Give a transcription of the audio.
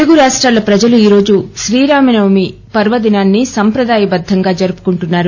తెలుగు రాప్రాల ప్రజలు ఈ రోజు శ్రీరామ నవమి పర్వదినాన్ని సంప్రదాయ బద్దంగా జరుపుకుంటున్నారు